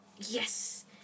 yes